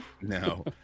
No